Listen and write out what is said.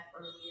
earlier